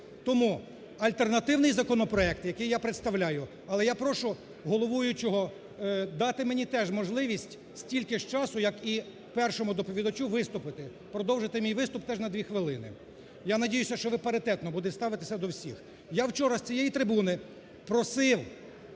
Тому альтернативний законопроект, який я представляю, але я прошу головуючого дати мені теж можливість стільки ж часу, як і першому доповідачу виступити, продовжити мій виступ теж на дві хвилини. Я надіюся, що ви паритетно будете ставитися до всіх. Я вчора з цієї трибуни просив